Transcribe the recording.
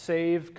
Save